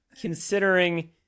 considering